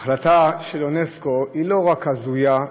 ההחלטה של אונסק"ו היא לא רק הזויה,